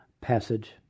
passage